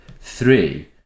Three